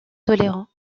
tolérant